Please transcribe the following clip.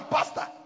Pastor